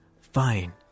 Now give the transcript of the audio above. Fine